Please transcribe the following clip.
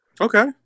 Okay